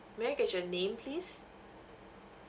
may I get your name please